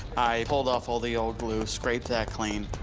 i pulled off all the old glue, scraped that clean,